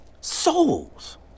souls